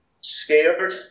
scared